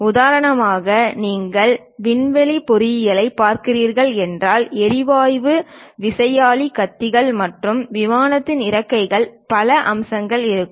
உதாரணமாக நீங்கள் விண்வெளி பொறியியலைப் பார்க்கிறீர்கள் என்றால் எரிவாயு விசையாழி கத்திகள் மற்றும் விமானத்தின் இறக்கைகள் பல அம்சங்கள் இருக்கும்